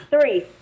Three